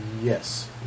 Yes